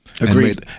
Agreed